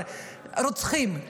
רוצחים,